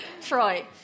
Troy